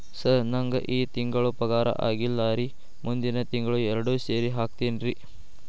sir ನಂಗ ಈ ತಿಂಗಳು ಪಗಾರ ಆಗಿಲ್ಲಾರಿ ಮುಂದಿನ ತಿಂಗಳು ಎರಡು ಸೇರಿ ಹಾಕತೇನ್ರಿ